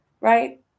right